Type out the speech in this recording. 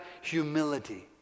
humility